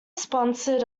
sponsored